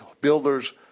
builder's